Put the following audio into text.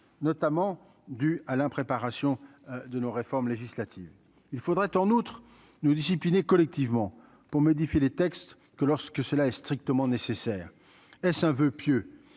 notamment du à l'impréparation de nos réformes législatives il faudrait en outre nous discipliner collectivement pour modifier les textes que lorsque cela est strictement nécessaire est-ce un voeu pieux,